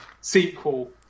sequel